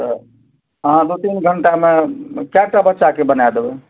तऽ अहाँ दू तीन घण्टामे कै टा बच्चाके बनाए देबै